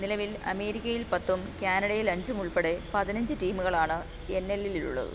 നിലവിൽ അമേരിക്കയിൽ പത്തും കാനഡയിൽ അഞ്ചും ഉൾപ്പെടെ പതിനഞ്ച് ടീമുകളാണ് എൻ എൽ എല്ലിനുള്ളത്